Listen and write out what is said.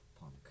punk